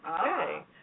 Okay